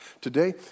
Today